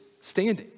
standing